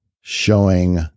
showing